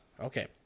Okay